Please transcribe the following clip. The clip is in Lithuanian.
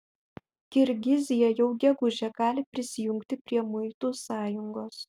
kirgizija jau gegužę gali prisijungti prie muitų sąjungos